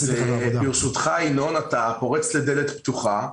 ברשותך, אתה פורץ לדלת פתוחה.